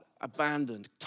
abandoned